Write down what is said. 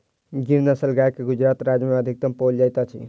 गिर नस्लक गाय गुजरात राज्य में अधिकतम पाओल जाइत अछि